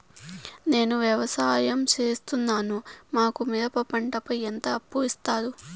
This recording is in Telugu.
నేను వ్యవసాయం సేస్తున్నాను, మాకు మిరప పంటపై ఎంత అప్పు ఇస్తారు